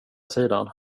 sidan